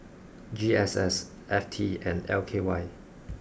G S S F T and L K Y